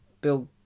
Bill